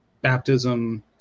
baptism